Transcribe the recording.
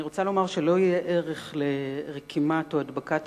אני רוצה לומר שלא יהיה ערך לרקמה או להדבקת